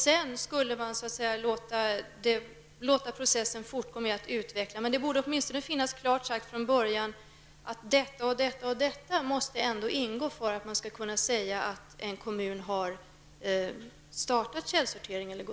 Sedan skulle man låta processen fortgå med att utveckla definitionen. Det borde åtminstone från början finnas klart sagt att detta och detta måste ingå för att man skall kunna säga att en kommun har startat källsortering.